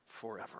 forever